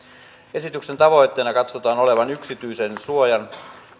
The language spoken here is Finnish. esityksen tavoitteena katsotaan olevan yksityisyyden suojan